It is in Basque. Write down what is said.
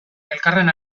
elkarren